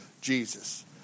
Jesus